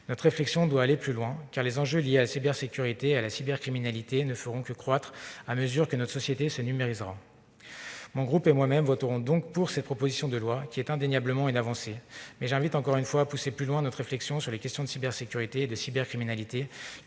Notre réflexion doit aller plus loin, car les enjeux liés à la cybersécurité et à la cybercriminalité ne feront que croître à mesure que notre société se numérisera. Mon groupe et moi-même voterons donc pour cette proposition de loi qui représente indéniablement une avancée. Mais j'invite encore une fois à pousser plus loin notre réflexion sur les questions de cybersécurité et de cybercriminalité,